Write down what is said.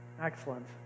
Excellent